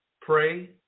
pray